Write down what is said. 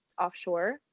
offshore